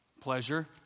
pleasure